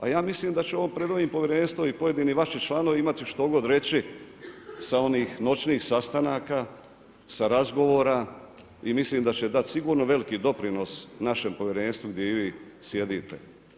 A ja mislim da ćemo pred ovim povjerenstvom i pojedini vaši članovi imati štogod reći sa onih noćnih sastanaka sa razgovora i mislim da će dat sigurno veliki doprinos našem povjerenstvu gdje i vi sjedite.